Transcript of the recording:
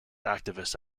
activist